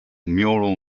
mural